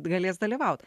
galės dalyvauti